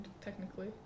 technically